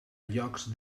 llocs